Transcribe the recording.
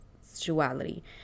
sexuality